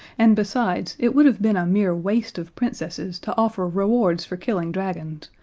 and besides, it would have been a mere waste of princesses to offer rewards for killing dragons,